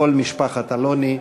לכל משפחת אלוני,